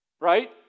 Right